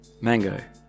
Mango